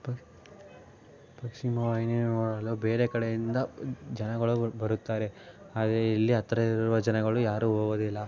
ಪಕ್ ಪಕ್ಷಿಮವಾಹಿನಿಯನ್ನು ನೋಡಲು ಬೇರೆ ಕಡೆಯಿಂದ ಜನಗಳು ಬರುತ್ತಾರೆ ಆದರೆ ಇಲ್ಲಿ ಹತ್ತಿರವಿರುವ ಜನಗಳು ಯಾರೂ ಹೋಗೋದಿಲ್ಲ